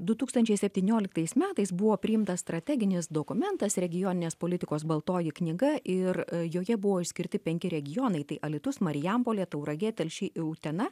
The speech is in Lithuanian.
du tūkstančiai septynioliktais metais buvo priimtas strateginis dokumentas regioninės politikos baltoji knyga ir joje buvo išskirti penki regionai tai alytus marijampolė tauragė telšiai utena